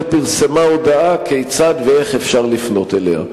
פרסמה הודעה כיצד ואיך אפשר לפנות אליה.